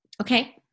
Okay